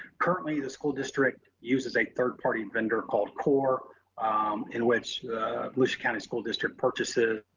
currently the school district uses a third party vendor called core in which volusia county school district purchases